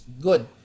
good